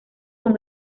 con